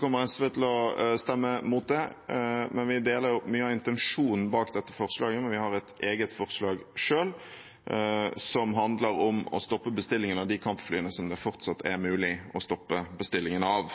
kommer SV til å stemme imot det. Vi deler mye av intensjonen bak dette forslaget, men vi har et eget forslag som handler om å stoppe bestillingen av de kampflyene som det fortsatt er mulig å stoppe bestillingen av.